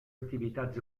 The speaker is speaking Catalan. activitats